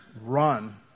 run